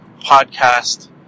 podcast